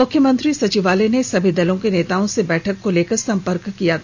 मुख्यमंत्री सचिवालय ने सभी दलों के नेताओं से बैठक को लेकर संपर्क किया गया